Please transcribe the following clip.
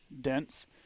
dense